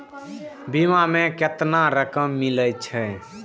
बीमा में केतना रकम मिले छै?